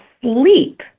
sleep